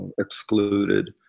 excluded